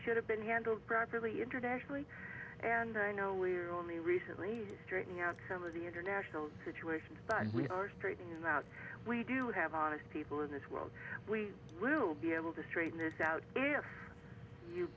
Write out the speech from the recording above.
should have been handled properly internationally and i know we're only recently straightening out some of the international situations but we are straightened out we do have honest people in this world we will be able to straighten this out if you